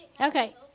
Okay